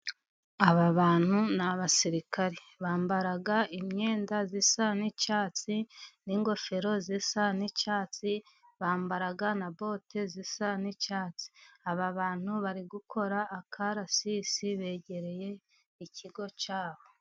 Aba bantu ni abasirikare. Bambara imyenda isa n'icyatsi n'ingofero zisa n'icyatsi. Bambara na bote zisa n'icyatsi. Aba bantu bari gukora akarasisi. Begereye ikigo cyabo.